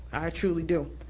i truly do.